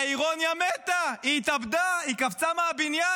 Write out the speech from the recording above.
האירוניה מתה, היא התאבדה, היא קפצה מהבניין.